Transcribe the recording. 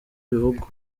bivugwa